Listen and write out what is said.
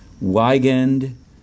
Weigand